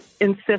insist